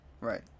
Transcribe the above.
Right